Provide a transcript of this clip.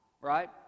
Right